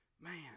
Man